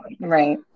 Right